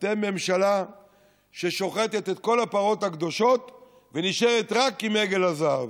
אתם ממשלה ששוחטת את כל הפרות הקדושות ונשארת רק עם עגל הזהב.